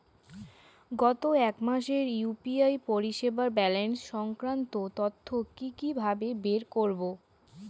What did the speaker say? গত এক মাসের ইউ.পি.আই পরিষেবার ব্যালান্স সংক্রান্ত তথ্য কি কিভাবে বের করব?